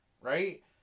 right